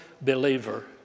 believer